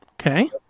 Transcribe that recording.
Okay